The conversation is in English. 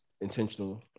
intentional